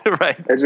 right